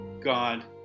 God